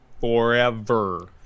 forever